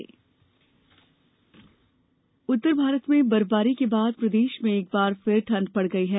मौसम उत्तरी भारत में बर्फबारी के बाद प्रदेश में एक बार फिर ठंड बढ़ गई है